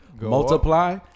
multiply